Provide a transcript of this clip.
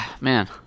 man